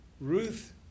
Ruth